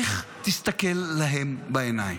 איך תסתכל להם בעיניים?